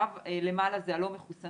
הקו למעלה זה הלא מחוסנים.